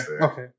Okay